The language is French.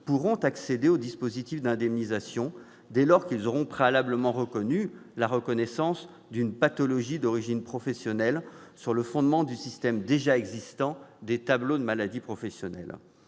pourront accéder au dispositif d'indemnisation dès lors qu'ils auront préalablement obtenu la reconnaissance d'une pathologie d'origine professionnelle sur le fondement du système déjà existant des tableaux de maladies professionnelles.